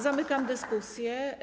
Zamykam dyskusję.